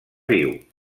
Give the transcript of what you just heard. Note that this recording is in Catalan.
viu